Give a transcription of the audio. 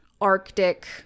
arctic